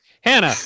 Hannah